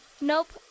Nope